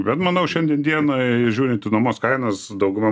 bet manau šiandien dienai žiūrint į nuomos kainas dauguma